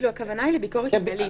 הכוונה היא לביקורת מינהלית.